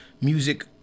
music